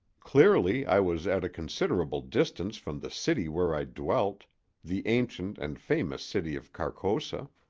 clearly i was at a considerable distance from the city where i dwelt the ancient and famous city of carcosa.